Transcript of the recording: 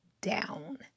down